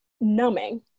numbing